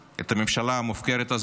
את הממשלה המופקרת הזאת,